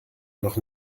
noch